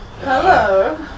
Hello